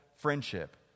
friendship